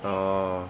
orh